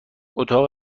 اتاق